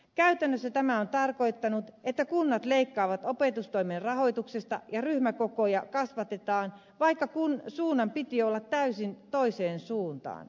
käytännössä tämä on tarkoittanut että kunnat leikkaavat opetustoimen rahoituksesta ja ryhmäkokoja kasvatetaan vaikka suunnan piti olla täysin toinen